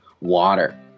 water